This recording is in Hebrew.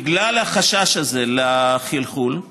בגלל החשש הזה לחלחול,